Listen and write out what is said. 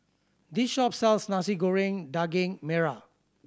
this shop sells Nasi Goreng Daging Merah